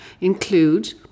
include